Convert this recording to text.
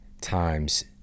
times